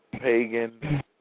pagan